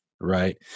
Right